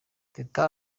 teta